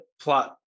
plot